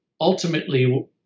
ultimately